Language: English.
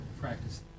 practice